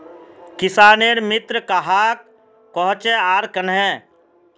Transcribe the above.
किसानेर मित्र कहाक कोहचे आर कन्हे?